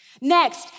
Next